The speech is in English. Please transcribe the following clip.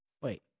Wait